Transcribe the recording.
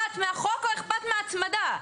אכפת מהחוק או אכפת מההצמדה?